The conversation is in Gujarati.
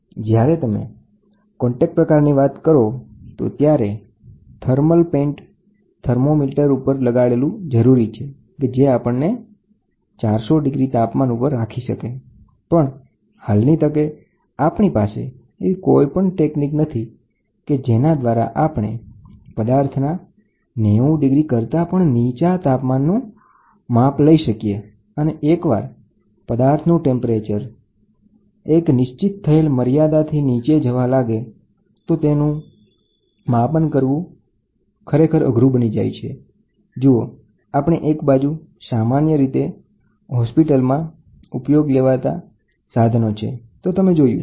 જ્યારે તમે કોન્ટેક પ્રકારની વાત કરો તો ત્યારે થર્મલ પેઇન્ટ થર્મોમીટરની જરૂર છે કે જે આપણે 400 માપન ઉપર રાખીએ છીએ